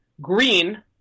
Green